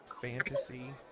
fantasy